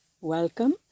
Welcome